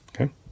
Okay